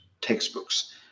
textbooks